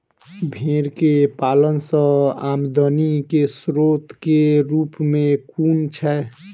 भेंर केँ पालन सँ आमदनी केँ स्रोत केँ रूप कुन छैय?